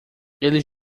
eles